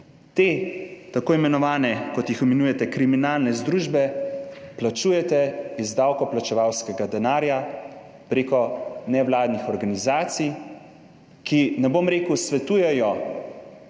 Te t. i., kot jih imenujete, kriminalne združbe plačujete iz davkoplačevalskega denarja preko nevladnih organizacij, ki ne bom rekel svetujejo